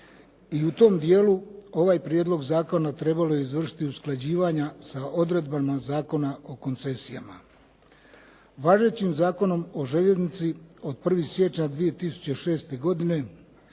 i u tom dijelu ovaj prijedlog zakona trebalo je izvršiti usklađivanja sa odredbama Zakona o koncesijama. Važećim Zakonom o željeznici od 1. siječnja 2006. godine